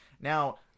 now